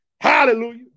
Hallelujah